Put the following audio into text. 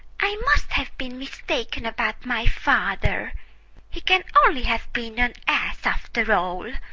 i must have been mistaken about my father he can only have been an ass after all.